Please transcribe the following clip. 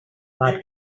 what